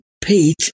Pete